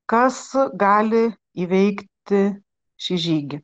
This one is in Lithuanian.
kas gali įveikti šį žygį